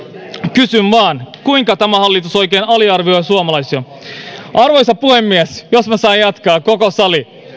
kysyn vain kuinka tämä hallitus oikein aliarvioi suomalaisia arvoisa puhemies arvoisa puhemies koko sali